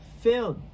filled